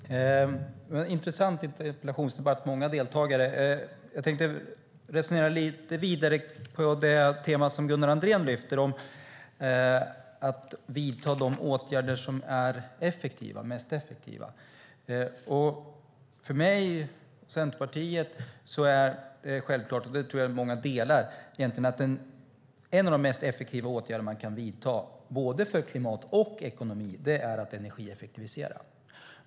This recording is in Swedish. Herr talman! Det har varit en intressant interpellationsdebatt med många deltagare. Jag tänkte resonera lite vidare på det tema som Gunnar Andrén lyfte fram om att vidta de åtgärder som är mest effektiva. För mig och Centerpartiet är det självklart - och den uppfattningen tror jag att många delar - att en av de mest effektiva åtgärder man kan vidta för både klimat och ekonomi är att energieffektivisera.